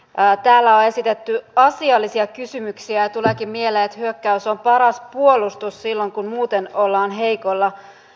täällä on esitetty asiallisia kysymyksiä ja tuleekin mieleen että hyökkäys on paras puolustus silloin kun muuten ollaan heikoilla